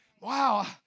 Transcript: Wow